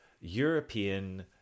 european